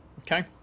Okay